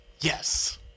Yes